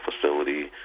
Facility